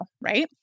right